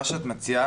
מה שאת מציעה,